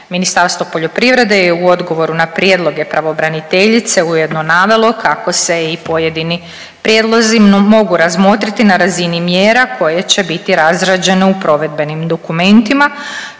Ministarstvo poljoprivrede je u odgovoru na prijedloge pravobraniteljice ujedno navelo kako se i pojedini prijedlozi mogu razmotriti na razini mjera koje će biti razrađene u provedbenim dokumentima.